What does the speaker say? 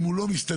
אם הוא לא מסתדר,